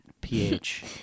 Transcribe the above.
pH